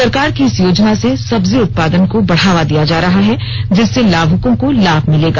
सरकार की इस योजना से सब्जी उत्पादन को बढ़ावा दिया जा रहा है जिससे लामुकों को लाम मिलेगा